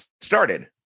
started